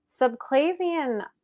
subclavian